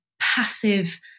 passive